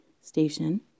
station